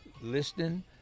listening